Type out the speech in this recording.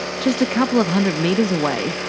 just a couple of hundred metres away,